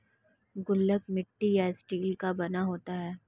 गुल्लक मिट्टी या स्टील का बना होता है